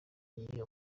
igihe